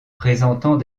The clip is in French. présentant